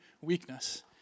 weakness